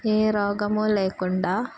ఏ రోగము లేకుండా